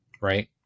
right